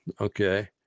Okay